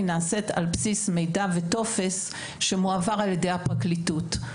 היא נעשית על בסיס מידע וטופס שמועבר על ידי הפרקליטות.